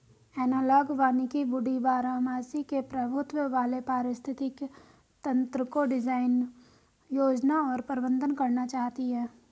analogue वानिकी woody बारहमासी के प्रभुत्व वाले पारिस्थितिक तंत्रको डिजाइन, योजना और प्रबंधन करना चाहती है